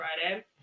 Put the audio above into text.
Friday